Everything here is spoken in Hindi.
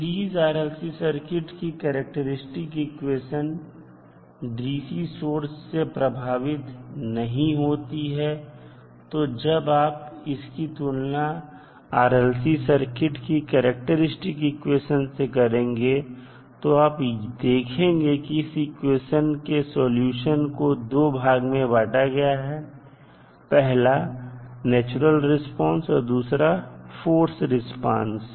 सीरीज RLC सर्किट की करैक्टेरिस्टिक इक्वेशन DC सोर्स से प्रभावित नहीं होती है तो जब आप इसकी तुलना RLC सर्किट की करैक्टेरिस्टिक इक्वेशन से करेंगे तो आप देखेंगे कि इस इक्वेशन के सॉल्यूशन को दो भाग में बांटा गया है पहला नेचुरल रिस्पांस और दूसरा फोर्स रिस्पांस